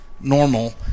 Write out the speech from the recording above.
normal